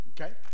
Okay